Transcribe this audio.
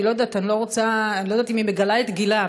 אני לא יודעת אם היא מגלה את גילה,